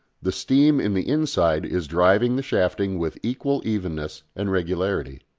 the steam in the inside is driving the shafting with equal evenness and regularity.